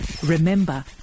Remember